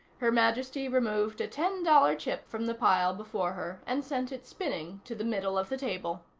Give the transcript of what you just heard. her majesty removed a ten-dollar chip from the pile before her and sent it spinning to the middle of the table.